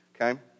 okay